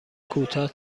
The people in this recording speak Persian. کوتاه